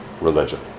religion